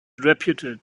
reputed